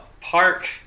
park